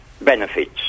benefits